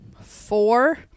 four